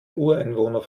ureinwohner